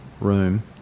room